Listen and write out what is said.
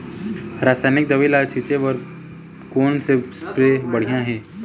रासायनिक दवई ला छिचे बर कोन से स्प्रे बढ़िया हे?